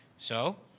so,